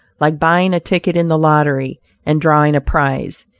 like buying a ticket in the lottery and drawing a prize,